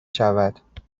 شود